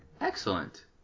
Excellent